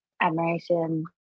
admiration